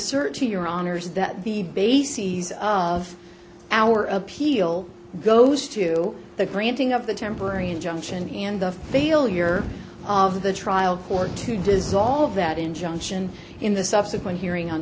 honor's that the bases of our appeal goes to the granting of the temporary injunction and the failure of the trial court to dissolve that injunction in the subsequent hearing on